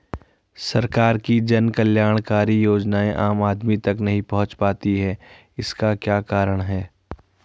सरकार की जन कल्याणकारी योजनाएँ आम आदमी तक नहीं पहुंच पाती हैं इसका क्या कारण है?